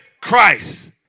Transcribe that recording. Christ